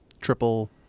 triple